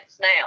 now